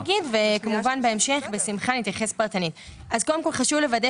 רק באופן עקרוני ובהמשך בשמחה אתייחס פרטנית קודם כל חשוב לוודא